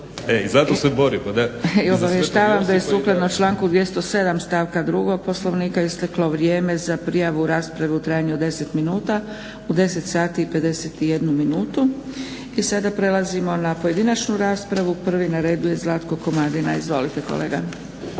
I obavještava da je sukladno članku 207. Stavku 2 poslovnika isteklo vrijeme za prijavu i raspravu u trajanju od deset minuta u 10 sati i 51 minutu. I sada prelazimo na pojedinačnu raspravu. Prvi na redu je Zlatko Komadina. Izvolite kolega.